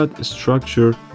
structure